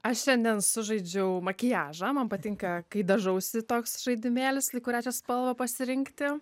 aš šiandien sužaidžiau makiažą man patinka kai dažausi toks žaidimėlis lyg kurią čia spalvą pasirinkti